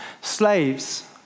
Slaves